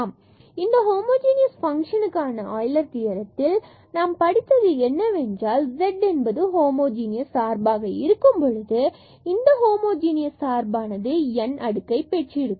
பின்பு இந்தக் ஹோமோஜீனஸ் ஃபங்க்ஷன்ங்களுக்கான யூலர் தியரத்தில் நாம் படித்தது என்னவென்றால் z என்பது ஹோமோஜனியஸ் சார்பாக இருக்கும்பொழுது பின்பு இந்த ஹோமோஜனியஸ் சார்பானது n அடுக்கை பெற்றிருக்கும்